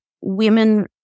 women